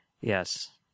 Yes